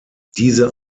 diese